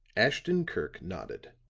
ashton-kirk nodded.